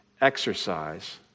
exercise